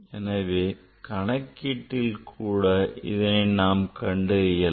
எனவே கணக்கிடாமல் கூட இதனை நாம் கண்டறியலாம்